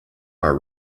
are